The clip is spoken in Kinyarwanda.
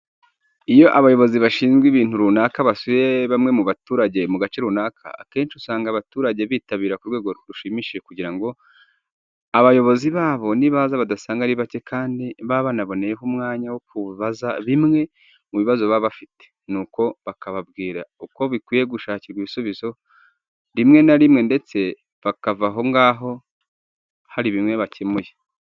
Iyo abayobozi bashinzwe ibintu runaka basuye bamwe mu baturage mu gace runaka, akenshi usanga abaturage bitabiriye ku rwego rushimishije kugira ngo abayobozi babo nibaza badasanga ari bake kandi baba banaboneyeho umwanya wo kubaza bimwe mu bibazo baba bafite, nuko bakababwira uko bikwiye gushakirwa ibisubizo. Rimwe na rimwe ndetse bakava aho ngaho hari bimwe bakemuye.